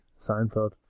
Seinfeld